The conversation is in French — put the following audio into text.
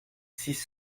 six